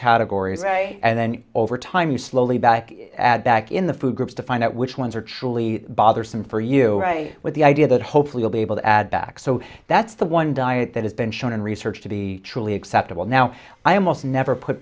categories and then over time you slowly back back in the food groups to find out which ones are truly bothersome for you with the idea that hopefully we'll be able to add back so that's the one diet that has been shown in research to be truly acceptable now i am most never put